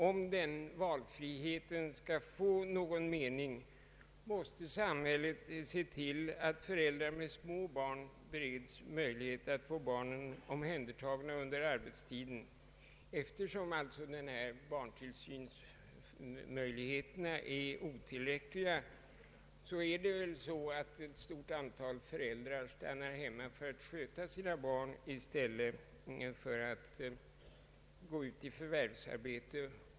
Om den valfriheten skall få någon mening måste samhället se till att föräldrar med små barn bereds möjlighet att få barnen omhändertagna under arbetstiden. Eftersom barntillsynsmöjligheterna är otillräckliga, stannar ett stort antal föräldrar hemma för att sköta sina barn i stället för att gå ut i förvärvsarbete.